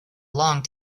long